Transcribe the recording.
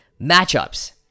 Matchups